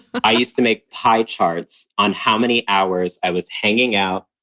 i used to make pie charts on how many hours i was hanging out.